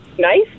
nice